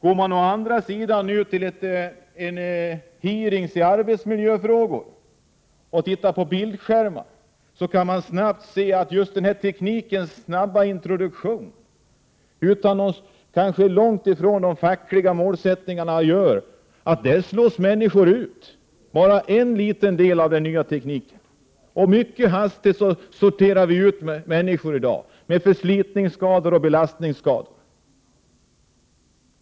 Går man å andra sidan ut på hearingar i arbetsmiljöfrågor får man se på bildskärmar, och man upptäcker att den nya teknikens snabba introduktion — kanske långt ifrån de fackliga målsättningarna — gör att många människor slås ut. Mycket hastigt sorteras människor ut i dag. Det är människor med förslitningsskador och belastningsskador.